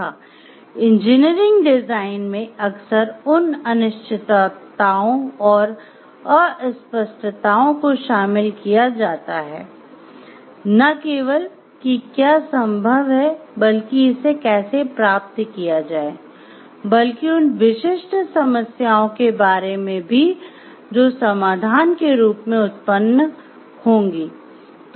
चौथा engineering design में अक्सर उन अनिश्चितताओं और अस्पष्टताओं को शामिल किया जाता है न केवल कि क्या संभव है बल्कि इसे कैसे प्राप्त किया जाए बल्कि उन विशिष्ट समस्याओं के बारे में भी जो समाधान के रूप में उत्पन्न होंगी